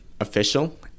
official